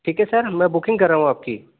ٹھیک ہے سر میں بکنگ کر رہا ہوں آپ کی